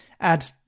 add